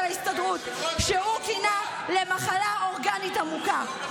ההסתדרות שהוא כינה "מחלה אורגנית עמוקה".